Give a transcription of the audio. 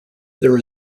there